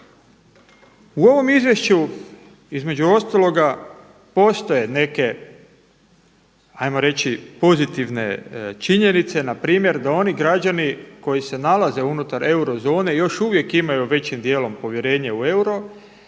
U ovom izvješću između ostaloga postoje neke, ajmo reći pozitivne činjenice npr. da oni građani koji se nalaze unutar eurozone još uvijek imaju većim dijelom povjerenje u euro,